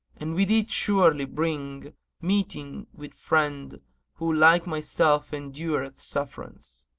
and with it surely bring meeting with friend who like myself endureth sufferance.